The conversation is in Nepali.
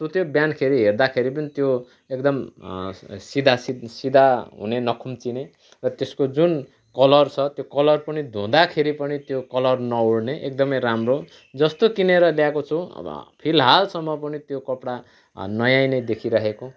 सुत्यो बिहानखेरि हेर्दाखेरि पनि त्यो एकदम सि सिधा सिधा हुने नखुम्चिने र त्यसको जुन कलर छ त्यो कलर पनि धुँदाखेरि पनि त्यो कलर नउड्ने एकदमै राम्रो जस्तो किनेर ल्याएको छु अब फिलहालसम्म पनि त्यो कपडा नयाँ नै देखिइरहेको